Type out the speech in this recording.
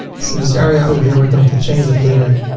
see this area over here, we're going to change it later.